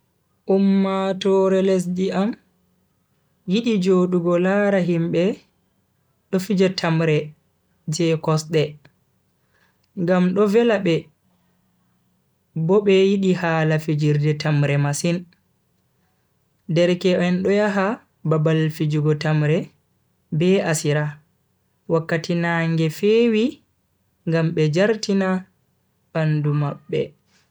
Ummatoore lesdi am yidi jodugo lara himbe do fija tamre je kosde, ngam do vela be bo be yidi hala fijirde tamre masin. derke en do yaha babal fijugo tamre be asira wakkati nange fewi ngam be jartina bandu mabbe.